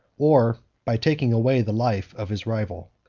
or by taking away the life, of his rival.